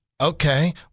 Okay